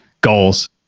goals